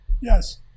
Yes